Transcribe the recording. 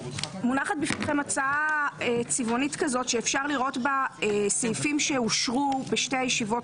הצעה צבעונית שאפשר לראות בה סעיפים שאושרו בשתי הישיבות